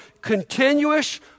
continuous